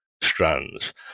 strands